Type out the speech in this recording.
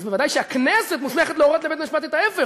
ודאי שהכנסת מוסמכת להורות לבית-המשפט את ההפך.